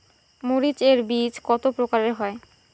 মরিচ এর বীজ কতো প্রকারের হয়?